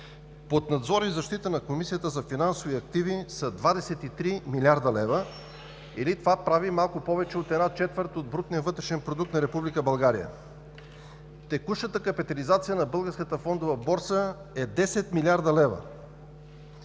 под надзор и защита на Комисията за финансови активи са 23 млрд. лв. или това прави малко повече от една четвърт от брутния вътрешен продукт на Република България. Текущата капитализация на Българската фондова борса е 10 млрд. лв.